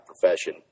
profession